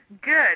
Good